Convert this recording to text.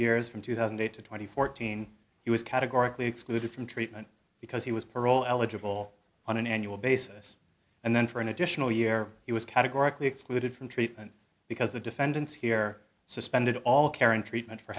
years from two thousand and eight to twenty fourteen he was categorically excluded from treatment because he was parole eligible on an annual basis and then for an additional year he was categorically excluded from treatment because the defendants here suspended all care and treatment for